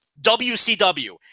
WCW